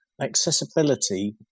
accessibility